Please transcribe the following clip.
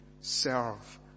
serve